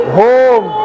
home